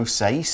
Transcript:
say